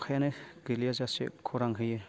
अखायानो गोलैयाजासे खरां होयो